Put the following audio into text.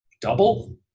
double